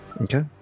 Okay